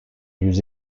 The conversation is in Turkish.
yüz